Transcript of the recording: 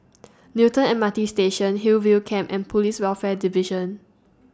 Newton M R T Station Hillview Camp and Police Welfare Division